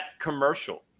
commercial